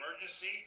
emergency